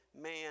man